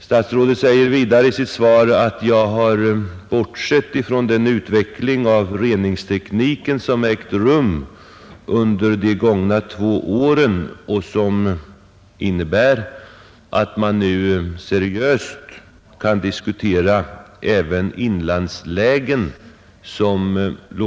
Statsrådet säger vidare i sitt svar att jag bortsett från den utveckling av reningstekniken som ägt rum under de gångna två åren och som innebär att man redan nu seriöst kan diskutera även inlandslägen.